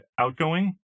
outgoing